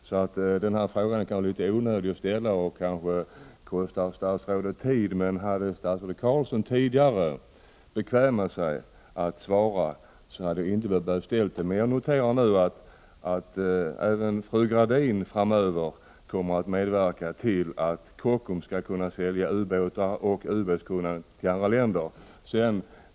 Det kanske var litet onödigt av mig att ta statsrådets tid i anspråk genom att ställa den här frågan, men om statsrådet Carlsson tidigare hade bekvämat sig till att svara hade jag inte behövt ställa den. Jag noterar emellertid att även fru Gradin framöver kommer att medverka till att Kockums Marine skall kunna sälja ubåtar och ubåtskunnande till andra länder.